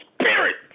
Spirit